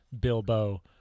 Bilbo